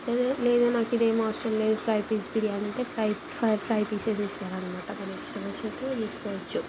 లేదా లేదా మాకు ఇదేమి అవసరం లేదు ఫ్రై బిర్యానీ అంటే ఫ్రై ఫ్రై ఫ్రై పీసే ఇస్తారనమాట మన ఇష్టమొచ్చినట్లు తీసుకోవచ్చు